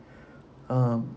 um